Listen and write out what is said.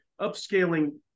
upscaling